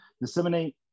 disseminate